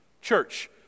Church